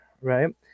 right